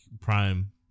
prime